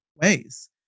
ways